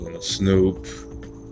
Snoop